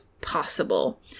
possible